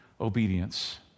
obedience